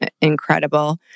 incredible